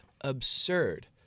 absurd